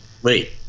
Wait